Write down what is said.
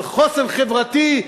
על חוסן חברתי,